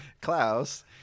Klaus